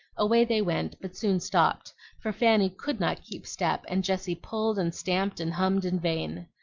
away they went, but soon stopped for fanny could not keep step, and jessie pulled and stamped and hummed in vain.